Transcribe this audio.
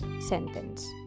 sentence